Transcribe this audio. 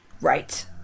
Right